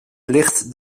ligt